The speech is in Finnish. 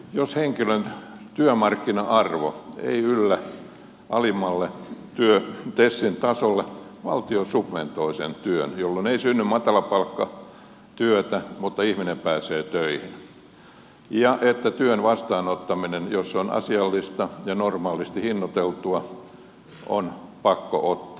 jos henkilön työmarkkina arvo ei yllä alimmalle tesin tasolle valtio subventoi sen työn jolloin ei synny matalapalkkatyötä mutta ihminen pääsee töihin ja työtä jos se on asiallista ja normaalisti hinnoiteltua on pakko ottaa vastaan